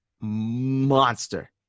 Monster